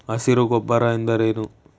ಹಸಿರು ಗೊಬ್ಬರ ಎಂದರೇನು?